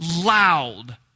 loud